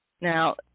Now